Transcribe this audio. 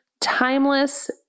timeless